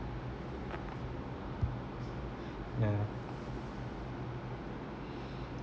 yeah